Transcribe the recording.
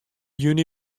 juny